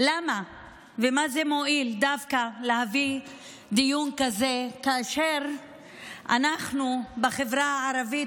למה מועיל דווקא להביא דיון כזה כאשר אנחנו בחברה הערבית